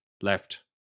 left